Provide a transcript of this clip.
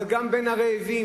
אבל גם בין הרעבים,